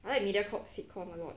I like mediacorp sitcom a lot